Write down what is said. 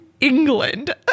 england